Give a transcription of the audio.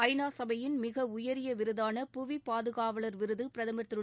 ஐ நா சபையின் மிக உயரிய விருதான புவி பாதுகாவலர் விருது பிரதமர் திரு